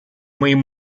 моим